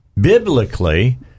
biblically